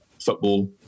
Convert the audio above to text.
football